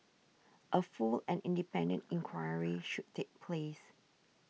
a full and independent inquiry should take place